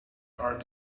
are